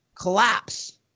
collapse